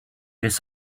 this